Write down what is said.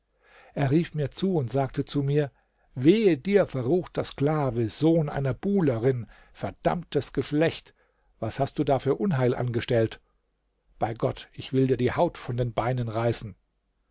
er rief mir zu und sagte zu mir wehe dir verruchter sklave sohn einer buhlerin verdammtes geschlecht was hast du da für unheil angestellt bei gott ich will dir die haut von den beinen reißen